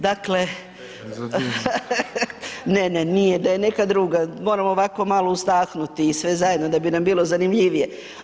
Dakle, ne, ne nije, da je neka druga, moram ovako malo uzdahnuti i sve zajedno da bi nam bilo zanimljivije.